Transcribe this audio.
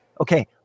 okay